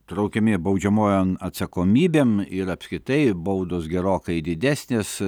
traukiami baudžiamojon atsakomybėn ir apskritai baudos gerokai didesnės